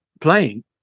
playing